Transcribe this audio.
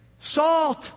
Salt